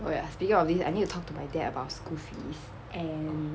oh ya speaking of this I need to talk to my dad about school fees and